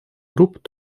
групп